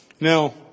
Now